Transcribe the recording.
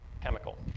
chemical